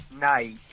night